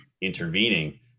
intervening